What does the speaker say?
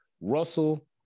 Russell